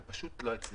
אבל הם פשוט לא הצליחו.